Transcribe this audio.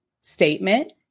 statement